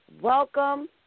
Welcome